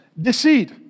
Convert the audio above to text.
deceit